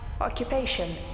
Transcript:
occupation